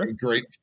great